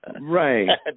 Right